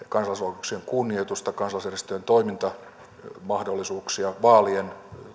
kansalaisoikeuksien kunnioitusta kansalaisjärjestöjen toimintamahdollisuuksia vaalien